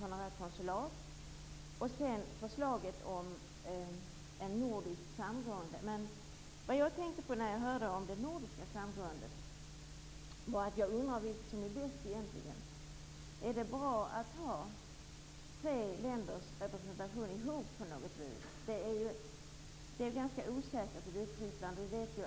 Sedan har det varit förslag om ett honorärkonsulat och ett förslag om ett nordiskt samgående. Jag undrar vilket som är bäst? Är det bra att ha tre länders representationer tillsammans? Situationen i Vitryssland är osäker.